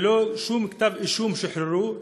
ללא שום כתב אישום הם שוחררו,